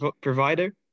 provider